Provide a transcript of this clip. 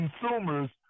consumers